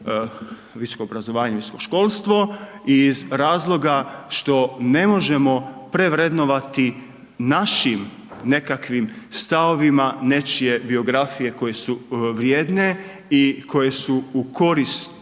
upravnog vijeća AZVO-a iz razloga što ne možemo prevrednovati našim nekakvih stavovima nečije biografije koje su vrijedne i koje su u korist